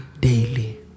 daily